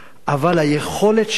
אבל היכולת שלנו